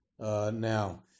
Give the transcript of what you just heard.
Now